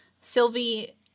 Sylvie